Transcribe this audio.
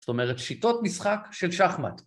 זאת אומרת, שיטות משחק של שחמט.